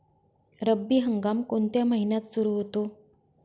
रब्बी हंगाम कोणत्या महिन्यात सुरु होतो?